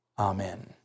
Amen